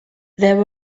there